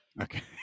okay